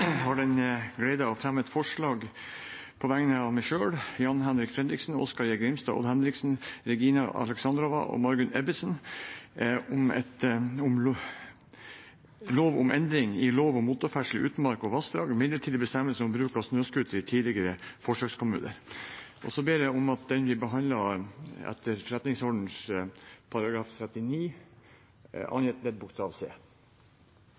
har den glede å fremme et forslag på vegne av Jan-Henrik Fredriksen, Oskar J. Grimstad, Odd Henriksen, Regina Alexandrova, Margunn Ebbesen og meg selv om lov om endring i lov om motorferdsel i utmark og vassdrag. Midlertidig bestemmelse om bruk av snøscooter i tidligere forsøkskommuner. Jeg ber om at det blir behandlet etter forretningsordenens § 39 annet ledd bokstav c.